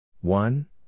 One